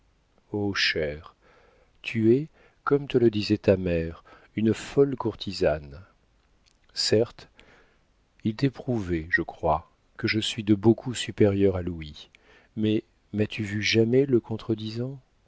tu es comme te le disait ta mère une folle courtisane certes il t'est prouvé je crois que je suis de beaucoup supérieure à louis mais m'as-tu vue jamais le contredisant